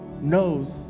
knows